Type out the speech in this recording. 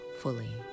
fully